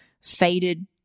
faded